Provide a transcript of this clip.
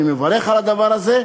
אני מברך על הדבר הזה,